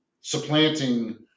supplanting